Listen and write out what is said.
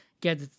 get